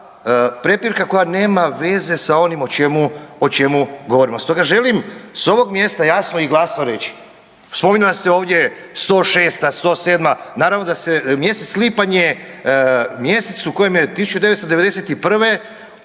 prepirka koja nema veze sa onim o čemu govorimo. Stoga želim s ovog mjesta jasno i glasno reći, spominjala se ovdje 106-ta, 107-ta, naravno da se, mjesec lipanj je mjesec u kojem je 1991.